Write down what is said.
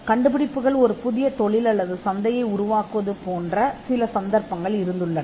கண்டுபிடிப்புகள் ஒரு புதிய தொழில் அல்லது சந்தையை உருவாக்குவது தொடர்பான சில சந்தர்ப்பங்கள் உள்ளன